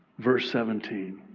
verse seventeen,